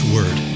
Word